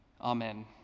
Amen